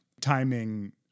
timing